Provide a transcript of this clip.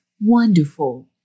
Wonderful